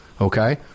Okay